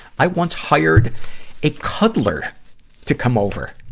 i once hired a cuddler to come over.